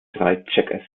drei